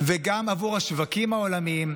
וגם עבור השווקים העולמיים,